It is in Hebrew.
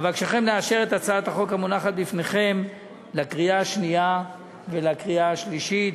אבקשכם לאשר את הצעת החוק המונחת בפניכם בקריאה שנייה ובקריאה שלישית.